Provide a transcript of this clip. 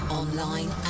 online